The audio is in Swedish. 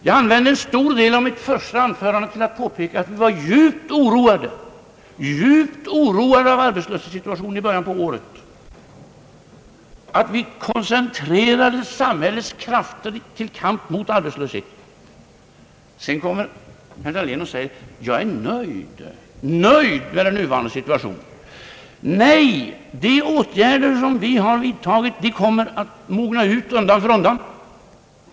Jag använde en stor del av mitt första anförande till att påpeka, att vi var djupt oroade av arbetslöshetssituationen i början på året, att vi koncentrerade samhällets krafter till kamp mot arbetslöshet. Sedan säger herr Dahlén, att jag är »nöjd med den nuvarande situationen». Nej, de åtgärder som vi har vidtagit kommer att mogna ut undan för undan.